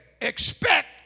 expect